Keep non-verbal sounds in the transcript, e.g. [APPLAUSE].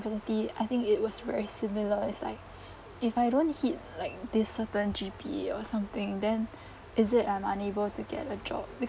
university I think it was very similar it's like if I don't hit like this certain G_P_A or something then [BREATH] is it I'm unable to get a job